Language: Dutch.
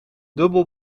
dubbel